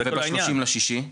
וב-30 ביוני?